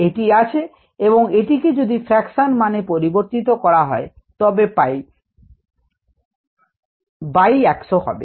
এটি আছে এবং এটিকে যদি ফ্রাকশন মানে পরিবর্তিত করা হয় তবে বাই 100 হবে